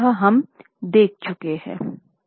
हम यह देख चुके हैं